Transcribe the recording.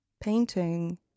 Painting